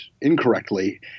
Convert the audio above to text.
incorrectly